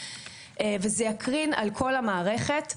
וזה יקרין על כל המערכת.